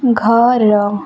ଘର